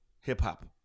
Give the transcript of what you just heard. hip-hop